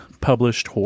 published